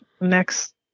next